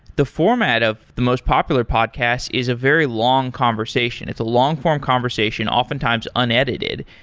the format of the most popular podcasts is a very long conversation it's a long-form conversation, oftentimes unedited.